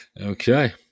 Okay